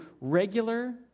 regular